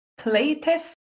playtest